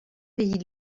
pays